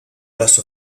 las